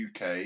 UK